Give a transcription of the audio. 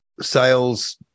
sales